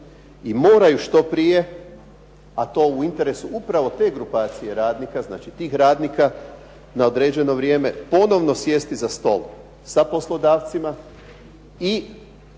I moraju što prije, a to u interesu upravo te grupacije radnika, znači tih radnika na određeno vrijeme ponovno sjesti za stol sa poslodavcima i